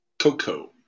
CoCo